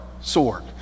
sword